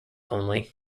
only